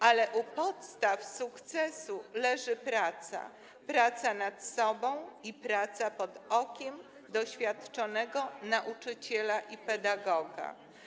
Ale u podstaw sukcesu leży praca, praca nad sobą i praca pod okiem doświadczonego nauczyciela i pedagoga.